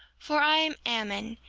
for i am ammon,